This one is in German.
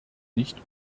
nicht